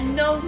no